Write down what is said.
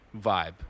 vibe